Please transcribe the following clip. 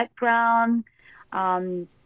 background